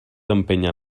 empènyer